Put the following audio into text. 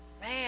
Man